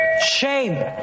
Shame